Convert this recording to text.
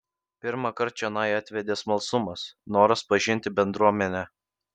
pirmąkart čionai atvedė smalsumas noras pažinti bendruomenę